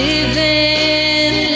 Living